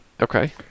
Okay